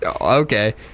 Okay